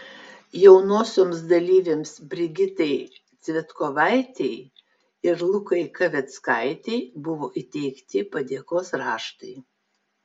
jaunosioms dalyvėms brigitai cvetkovaitei ir lukai kaveckaitei buvo įteikti padėkos raštai